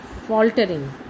faltering